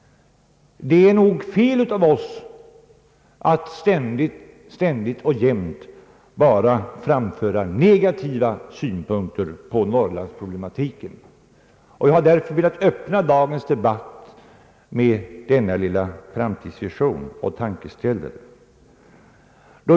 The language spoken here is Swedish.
Det är nog fel av oss att ständigt och jämt bara framföra negativa synpunkter på norrlandsproblematiken. Jag har därför velat öppna dagens debatt med denna lilla framtidsvision och tankeställare.